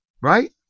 Right